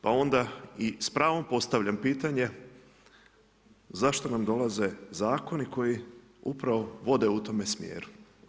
Pa onda i s pravom postavljam pitane, zašto nam dolaze zakoni koji upravo vode u tome smjeru.